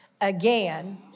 again